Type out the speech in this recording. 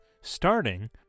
starting